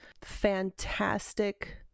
fantastic